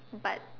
but